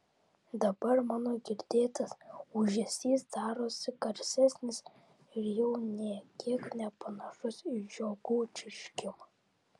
dabar mano girdėtas ūžesys darosi garsesnis ir jau nė kiek nepanašus į žiogų čirškimą